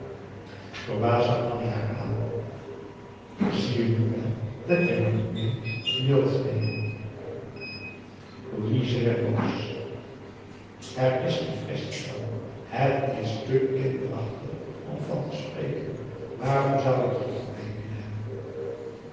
verbaasd zag nanni haar aan zie je nu wel dat je me niet meê wilt nemen louise werd boos er is geen quaestie van het is te kinderachtig om van te spreken waarom zou ik je niet meê willen nemen